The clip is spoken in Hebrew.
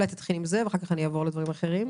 תתחיל עם זה ואחר כך אני אעבור לדברים אחרים.